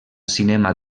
cinema